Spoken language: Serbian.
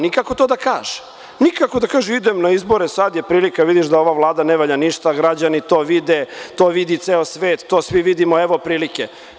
Nikako da kaže – idem na izbore, sada je prilika, vidiš da ova Vlada ne valja ništa i građani to vide, to vidi ceo svet, to svi vidimo, evo prilike.